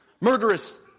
murderous